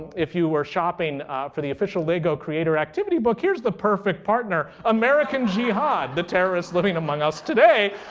if you were shopping for the official lego creator activity book, here's the perfect partner. american jihad the terrorists living among us today.